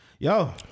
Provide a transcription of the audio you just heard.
Yo